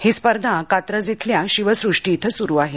ही स्पर्धा कात्रज शिल्या शिवसृष्टी शिं सुरु आहे